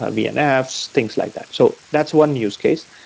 ah vnfs, things like that. so that's one use case.